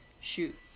shoot